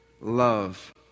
love